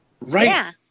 Right